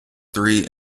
three